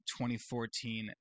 2014